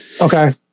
Okay